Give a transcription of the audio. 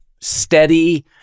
steady